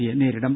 C യെ നേരിടും